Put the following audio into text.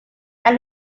than